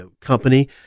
company